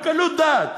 בקלות דעת